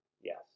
yes